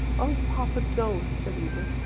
oh papa don't, said ava,